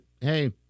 hey